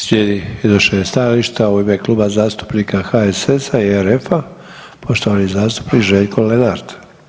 Slijedi iznošenje stajališta u ime Kluba zastupnika HSS-a i RF-a, poštovani zastupnik Željko Lenart.